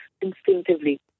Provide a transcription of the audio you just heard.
instinctively